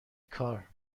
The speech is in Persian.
کار